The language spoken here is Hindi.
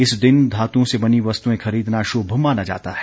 इस दिन धातुओं से बनी वस्तुएं खरीदना शुभ माना जाता है